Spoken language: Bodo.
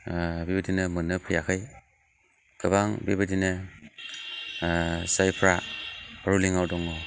बेबादिनो मोननो फैयाखै गोबां बेबादिनो जायफ्रा रुलिंआव दङ